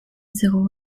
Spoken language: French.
zéro